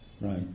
right